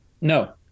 No